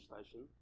station